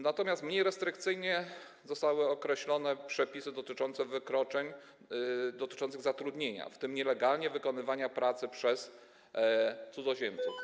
Natomiast mniej restrykcyjnie zostały określone przepisy dotyczące wykroczeń dotyczących zatrudnienia, w tym nielegalnego wykonywania pracy przez cudzoziemców.